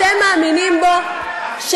שאתם מאמינים בו.